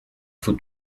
faut